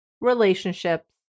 relationships